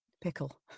pickle